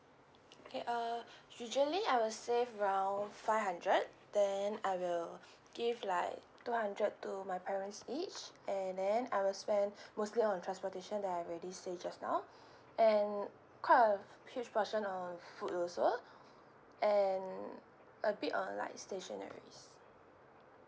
okay uh usually I will save around five hundred then I will give like two hundred to my parents each and then I will spend mostly on transportation that I already say just now and quite a huge portion on food also and a bit on like stationeries